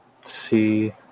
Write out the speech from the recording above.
see